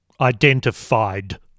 Identified